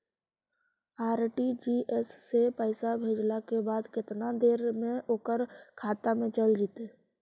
RTGS से पैसा भेजला के बाद केतना देर मे ओकर खाता मे चल जितै?